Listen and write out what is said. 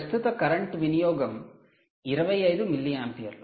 ప్రస్తుత కరెంట్ వినియోగం 25 మిల్లియాంపియర్లు